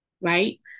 right